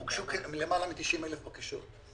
הוגשו למעלה מ-90,000 בקשות,